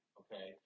okay